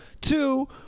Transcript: Two